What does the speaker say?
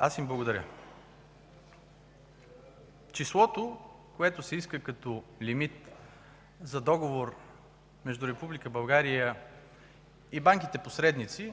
Аз им благодаря. Числото, което се иска като лимит за договор между Република България и банките посредници,